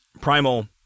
Primal